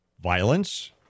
violence